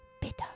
Bitter